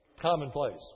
commonplace